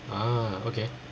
ah okay